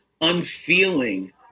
unfeeling